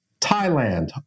Thailand